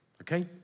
Okay